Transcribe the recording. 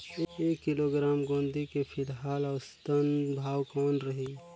एक किलोग्राम गोंदली के फिलहाल औसतन भाव कौन रही?